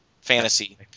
fantasy